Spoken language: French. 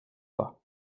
pas